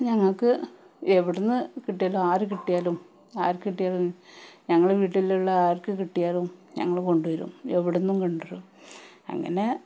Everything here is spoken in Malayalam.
ഞങ്ങൾക്ക് എവിടുന്നു കിട്ടിയാലും ആരു കിട്ടിയാലും ആര്ക്ക് കിട്ടിയാലും ഞങ്ങളുടെ വീട്ടിലുള്ള ആര്ക്ക് കിട്ടിയാലും ഞങ്ങള് കൊണ്ടുവരും എവിടുന്നും കൊണ്ടുവരും അങ്ങനെ